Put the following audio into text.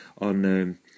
on